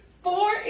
Four